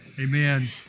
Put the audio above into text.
amen